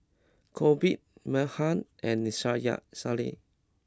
Corbett Meaghan and Shaya Shaylee